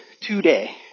today